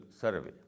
survey